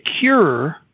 cure